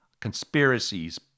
conspiracies